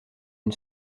une